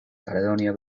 kaledonia